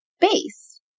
base